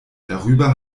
darüber